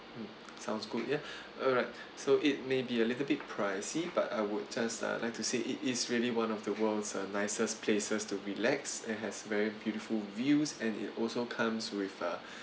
um sounds good yeah alright so it may be a little bit pricey but I would just uh like to say it is really one of the world's uh nicest places to relax and has very beautiful views and it also comes with a